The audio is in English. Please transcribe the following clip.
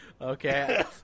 Okay